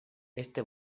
este